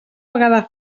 vegada